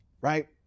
right